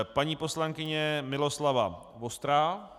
Paní poslankyně Miloslava Vostrá.